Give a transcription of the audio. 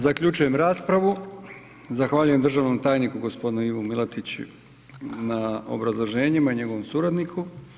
Zaključujem raspravu, zahvaljujem državnom tajniku g. Ivi Milatiću na obrazloženjima i njegovom suradniku.